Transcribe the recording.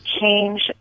change